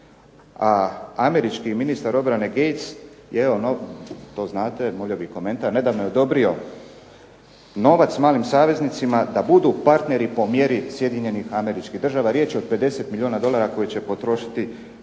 A američki ministar obrane Gates je evo to znate molio bih komentar, nedavno je odobrio novac malim saveznicima da budu partneri po mjeri SAD. Riječ je o 50 milijuna dolara koji će potrošiti